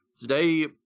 Today